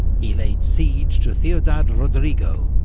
he laid siege to ciudad rodrigo,